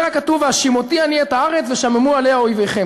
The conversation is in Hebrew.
אומר הכתוב: "והשִׁמֹתי אני את הארץ ושממו עליה אֹיביכם".